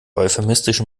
euphemistischen